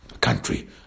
country